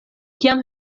kiam